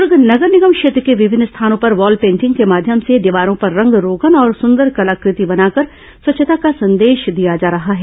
दुर्ग नगर निगम क्षेत्र के विभिन्न स्थानों पर वॉलपेंटिंग के माध्यम से दीवारों पर रंगरोगन और सुंदर कलाकृति बनाकर स्वच्छता का संदेश दिया जा रहा है